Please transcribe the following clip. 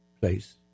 place